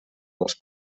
dels